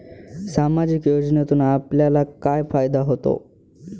सामाजिक योजनेतून आपल्याला काय फायदा होतो?